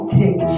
take